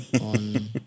on